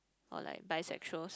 or like bi sexual